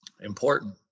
Important